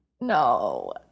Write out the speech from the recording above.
No